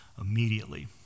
immediately